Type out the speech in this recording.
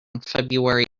february